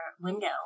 window